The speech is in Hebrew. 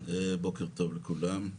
בוקר טוב לכולם.